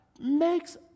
makes